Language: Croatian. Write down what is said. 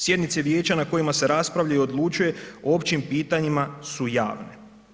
Sjednice vijeća na kojima se raspravlja i odlučuje o općim pitanjima su javne.